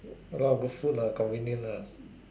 ya lor got food lah convenient ah